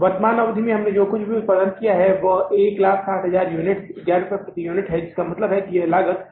वर्तमान अवधि में हमने जो कुल उत्पादन किया है वह 160000 यूनिट्स 11 रुपये प्रति यूनिट है इसलिए इसका मतलब है कि यह लागत